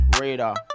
Radar